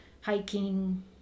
hiking